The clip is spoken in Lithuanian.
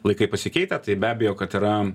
laikai pasikeitę tai be abejo kad yra